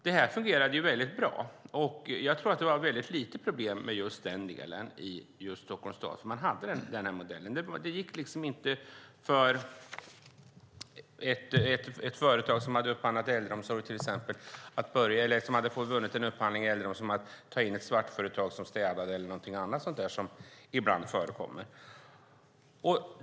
Det fungerade väldigt bra, och jag tror att det var väldigt lite problem med detta i Stockholms stad. Man hade den här modellen, och det gick liksom inte för ett företag som hade vunnit en upphandling inom äldreomsorgen att ta in ett svart företag som städade eller något sådant som ibland förekommer.